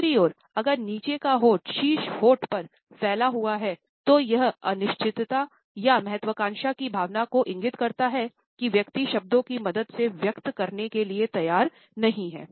दूसरी ओर अगर नीचे का होंठ शीर्ष होंठ पर फैला हुआ है तो यह अनिश्चितता या महत्वाकांक्षा की भावना को इंगित करता है कि व्यक्ति शब्दों की मदद से व्यक्त करने के लिए तैयार नहीं है